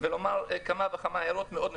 ולומר כמה הערות מאוד נקודתיות.